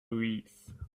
louise